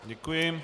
Děkuji.